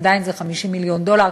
עדיין זה 50 מיליון דולר,